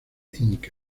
inc